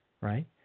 right